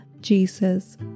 Jesus